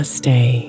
stay